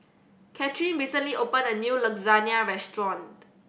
Katherine recently opened a new Lasagna Restaurant